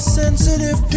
sensitive